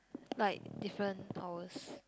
like different hours